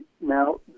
Now